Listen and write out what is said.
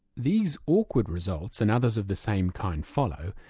these awkward results, and others of the same kind follow,